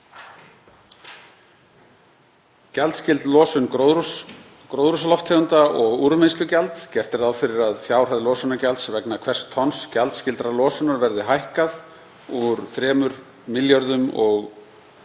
Gjaldskyld losun gróðurhúsalofttegunda og úrvinnslugjald. Gert er ráð fyrir að fjárhæð losunargjalds vegna hvers tonns gjaldskyldrar losunar verði hækkað úr 3 milljörðum —